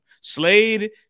Slade